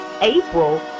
April